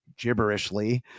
gibberishly